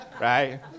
Right